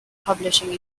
publishing